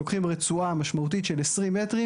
לוקחים רצועה משמעותית של 20 מטרים